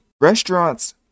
Restaurants